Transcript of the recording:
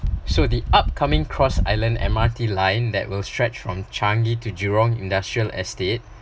so the upcoming cross island M_R_T line that will stretch from changi to jurong industrial estate